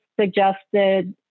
suggested